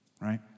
right